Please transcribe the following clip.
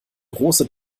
große